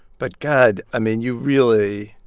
but god, i mean, you really